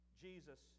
Jesus